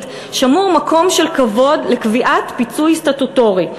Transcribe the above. שמור מקום של כבוד לקביעת פיצוי סטטוטורי,